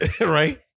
Right